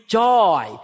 joy